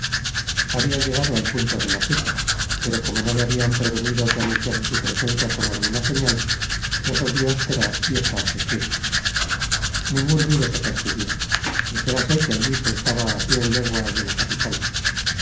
habia llegado al punto de la cita pero como no le habian prevenido que anunciase su presencia con alguna señal resolvió esperar y estarse quieto ningun ruido se percibia dijérase que allí se estaba á cien leguas de la capital